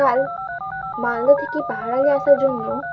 কাল মালদা থেকে পাহাড় আগে আসার জন্য